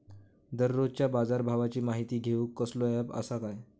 दररोजच्या बाजारभावाची माहिती घेऊक कसलो अँप आसा काय?